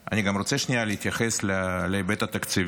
אני גם רוצה להתייחס להיבט התקציבי.